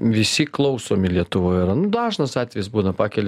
visi klausomi lietuvoj yra nu dažnas atvejis būna pakelia